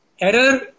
Error